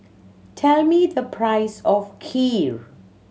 tell me the price of Kheer